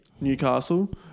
Newcastle